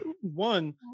one